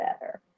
better